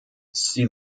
sie